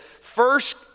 first